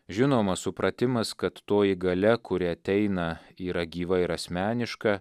žinoma supratimas kad toji galia kuri ateina yra gyva ir asmeniška